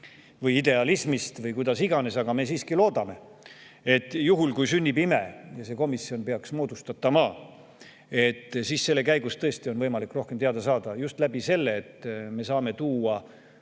või idealismist või millest iganes, aga me siiski loodame, et juhul, kui sünnib ime ja see komisjon peaks moodustatama, siis tõesti on võimalik rohkem teada saada just sel teel, et me saame tuua